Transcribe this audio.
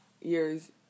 years